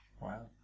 Wow